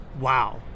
wow